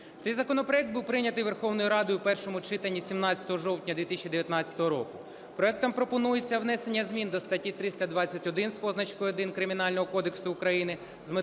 Цей законопроект був прийнятий Верховною Радою у першому читанні 17 жовтня 2019 року. Проектом пропонується внесення змін до статті 321 з позначкою 1 Кримінального кодексу України з метою